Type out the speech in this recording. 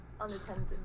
unattended